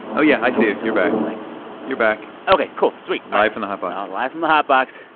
oh, yeah. i see it. you're back. like you're back ok, cool. sweet live from the hotbox live from the hotbox.